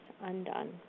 undone